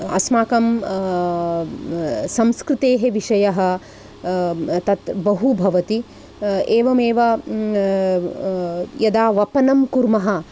अस्माकं संस्कृतेः विषयः तत् बहु भवति एवमेव यदा वपनं कुर्मः